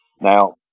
Now